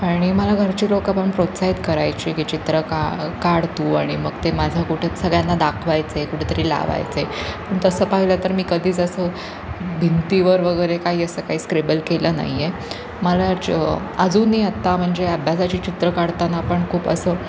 आणि मला घरची लोक पण प्रोत्साहित करायची की चित्र का काढ तू आणि मग ते माझं कुठे सगळ्यांना दाखवायचं आहे कुठेतरी लावायचे तसं पाहिलं तर मी कधीच असं भिंतीवर वगैरे काही असं काही स्क्रेबल केलं नाही आहे मला ज अजूनही आत्ता म्हणजे अभ्यासाची चित्र काढताना पण खूप असं